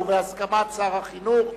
ובהסכמת שר החינוך.